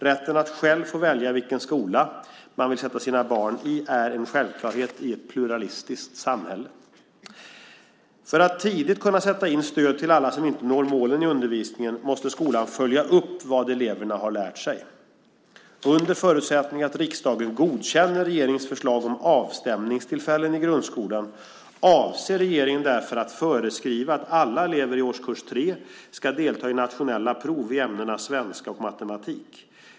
Rätten att själv få välja vilken skola man vill sätta sina barn i är en självklarhet i ett pluralistiskt samhälle. För att tidigt kunna sätta in stöd till alla som inte når målen i undervisningen måste skolan följa upp vad eleverna har lärt sig. Under förutsättning att riksdagen godkänner regeringens förslag om avstämningstillfällen i grundskolan avser regeringen därför att föreskriva att alla elever i årskurs 3 ska delta i nationella prov i ämnena svenska och matematik.